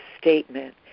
statement